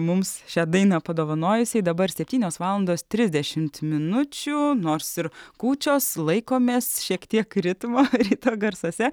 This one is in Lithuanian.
mums šią dainą padovanojusiai dabar septynios valandos trisdešimt minučių nors ir kūčios laikomės šiek tiek ritmo ryto garsuose